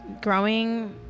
growing